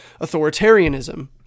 authoritarianism